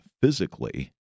physically